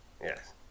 Yes